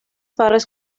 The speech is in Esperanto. faras